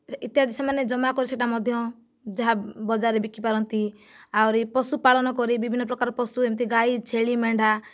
ଇତ୍ୟାଦି ସେମାନେ ଜମା କରି ସେଟା ମଧ୍ୟ ଯାହା ବଜାରରେ ବିକି ପାରନ୍ତି ଆହୁରି ପଶୁପାଳନ କରି ବିଭିନ୍ନ ପ୍ରକାର ପଶୁ ଏମିତି ଗାଈ ଛେଳି ମେଣ୍ଢା